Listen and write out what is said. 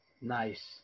Nice